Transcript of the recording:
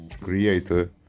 creator